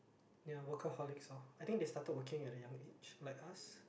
ya workaholics loh I think they started working at a young age like us